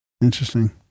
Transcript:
interesting